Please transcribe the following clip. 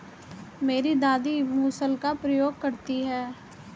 मेरी दादी मूसल का प्रयोग करती हैं